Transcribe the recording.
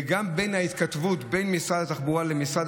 וגם "מההתכתבות בין משרד התחבורה למשרד